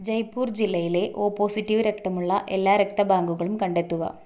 ജയ്പൂർ ജില്ലയിലെ O positive രക്തമുള്ള എല്ലാ രക്തബാങ്കുകളും കണ്ടെത്തുക